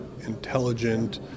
intelligent